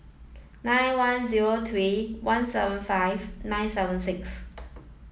nine one zero three one seven five nine seven six